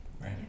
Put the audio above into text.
right